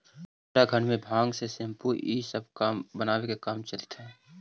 उत्तराखण्ड में भाँग से सेम्पू इ सब बनावे के काम चलित हई